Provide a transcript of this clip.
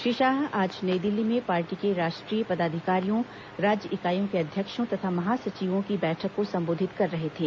श्री शाह आज नई दिल्ली में पार्टी के राष्ट्रीय पदाधिकारियों राज्य इकाइयों के अध्यक्षों तथा महासचिवों की बैठक को सम्बोधित कर रहे थे